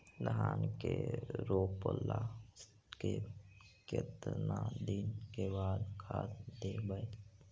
धान के रोपला के केतना दिन के बाद खाद देबै?